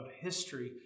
history